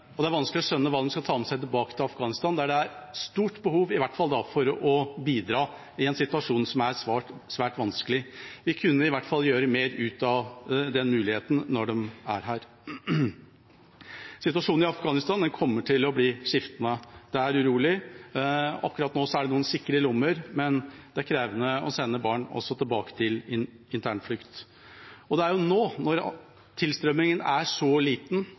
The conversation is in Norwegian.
og det er vanskelig å skjønne hva de skal ta med seg tilbake til Afghanistan, der det i hvert fall er et stort behov for å bidra i en situasjon som er svært vanskelig. Vi kunne i hvert fall gjort mer ut av muligheten når de er her. Situasjonen i Afghanistan kommer til å bli skiftende. Den er urolig. Akkurat nå er det noen sikre lommer, men det er krevende å sende barn tilbake også til internflukt. Og det er nå, når tilstrømmingen er så liten,